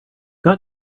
got